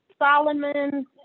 Solomon